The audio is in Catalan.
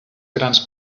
grans